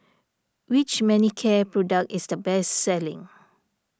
which Manicare product is the best selling